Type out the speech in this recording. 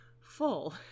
full